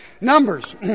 Numbers